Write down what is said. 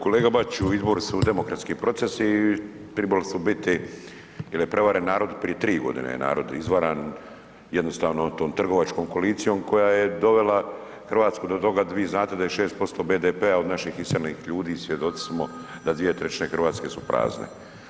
Kolega Bačiću, izbori su demokratski proces i tribalo bi se u biti, jer je prevaren narod, prije 3 godine je narod izvaran, jednostavno tom trgovačkom koalicijom koja je dovela Hrvatsku do toga da vi znate da je 6% BDP-a od naših iseljenih ljudi i svjedoci smo da 2/3 Hrvatske su prazne.